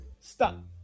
Stop